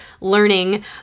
learning